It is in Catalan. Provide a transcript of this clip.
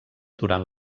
durant